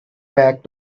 back